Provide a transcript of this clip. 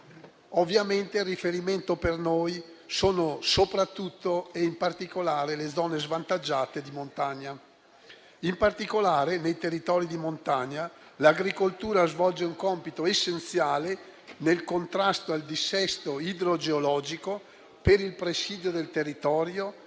Ovviamente il riferimento per noi sono soprattutto le zone svantaggiate di montagna. In particolare, nei territori di montagna, l'agricoltura svolge un compito essenziale nel contrasto al dissesto idrogeologico, per il presidio del territorio